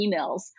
emails